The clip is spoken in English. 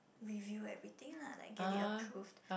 review everything lah like get it approved